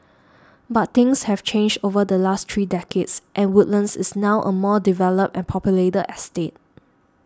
but things have changed over the last three decades and Woodlands is now a more developed and populated estate